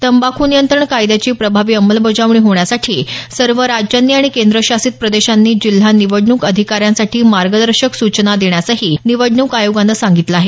तंबाखू नियंत्रण कायद्याची प्रभावी अंमलबजावणी होण्यासाठी सर्व राज्यांनी आणि केंद्रशासित प्रदेशांनी जिल्हा निवडणूक आधिकाऱ्यांसाठी मार्गदर्शक सूचना देण्यासही निवडणूक आयोगानं सांगितलं आहे